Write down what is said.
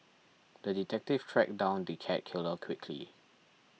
the detective tracked down the cat killer quickly